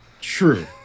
True